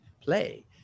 play